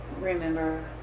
remember